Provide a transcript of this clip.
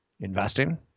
investing